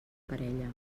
parella